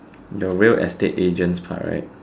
the real estate agents part right